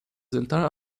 entire